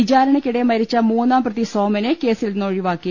വിചാരണ ക്കിടെ മരിച്ച മൂന്നാം പ്രതി സോമനെ കേസിൽ നിന്നൊഴിവാക്കി